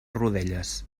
rodelles